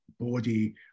body